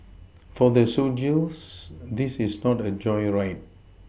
for the soldiers this is not a joyride